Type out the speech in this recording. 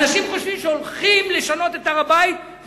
אנשים חושבים שהולכים לשנות את הר-הבית,